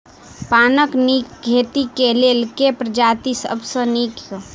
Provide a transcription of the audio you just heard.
पानक नीक खेती केँ लेल केँ प्रजाति सब सऽ नीक?